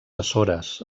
açores